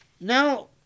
Now